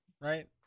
right